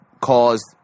caused